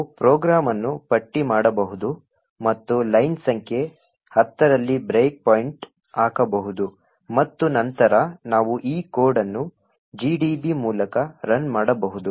ನಾವು ಪ್ರೋಗ್ರಾಂ ಅನ್ನು ಪಟ್ಟಿ ಮಾಡಬಹುದು ಮತ್ತು ಲೈನ್ ಸಂಖ್ಯೆ 10 ರಲ್ಲಿ ಬ್ರೇಕ್ ಪಾಯಿಂಟ್ ಹಾಕಬಹುದು ಮತ್ತು ನಂತರ ನಾವು ಈ ಕೋಡ್ ಅನ್ನು GDB ಮೂಲಕ ರನ್ ಮಾಡಬಹುದು